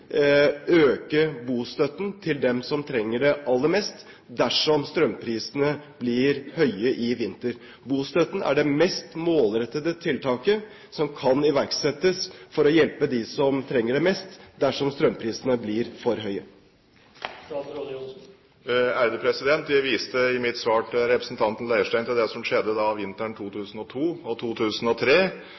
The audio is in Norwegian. øke bostøtten til dem som trenger det aller mest, dersom strømprisene blir høye i vinter. Bostøtten er det mest målrettede tiltaket som kan iverksettes for å hjelpe dem som trenger det mest, dersom strømprisene blir for høye. Jeg viste i mitt svar til representanten Leirstein til det som skjedde vinteren 2002–2003, da